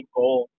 goal